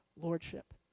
lordship